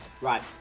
Right